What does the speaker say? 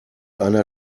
einer